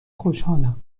خوشحالم